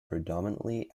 predominantly